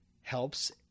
helps